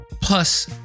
plus